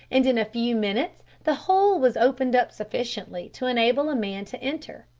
and in a few minutes the hole was opened up sufficiently to enable a man to enter.